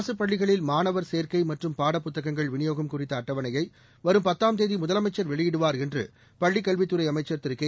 அரசு பள்ளிகளில் மாணவர் சேர்க்கை மற்றும் பாடப்புத்தகங்கள் விநியோகம் குறித்த அட்டவணையை வரும் பத்தாம் தேதி முதலமைச்சர் வெளியிடுவார் என்று பள்ளிக் கல்வித்துறை அமைச்சள் திரு கே